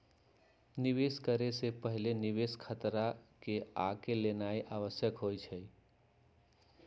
निवेश करे से पहिले निवेश खतरा के आँक लेनाइ आवश्यक होइ छइ